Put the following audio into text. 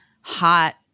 hot